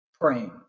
praying